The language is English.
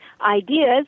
ideas